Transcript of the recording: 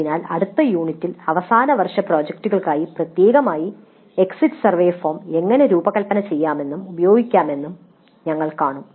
അതിനാൽ അടുത്ത യൂണിറ്റിൽ അവസാന വർഷ പ്രോജക്റ്റുകൾക്കായി പ്രത്യേകമായി എക്സിറ്റ് സർവേ ഫോം എങ്ങനെ രൂപകൽപ്പന ചെയ്യാമെന്നും ഉപയോഗിക്കാമെന്നും ഞങ്ങൾ കാണും